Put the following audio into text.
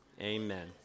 Amen